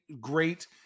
great